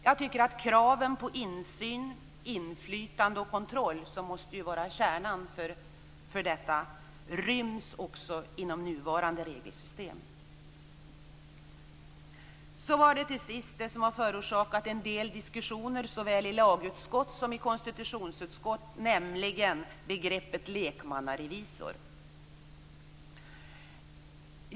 Jag tycker att kraven på insyn, inflytande och kontroll, som ju måste vara kärnan för detta, ryms också inom nuvarande regelsystem. Så var det till sist det som har förorsakat en del diskussioner såväl i lagutskott som i konstitutionsutskott, nämligen begreppet lekmannarevisor.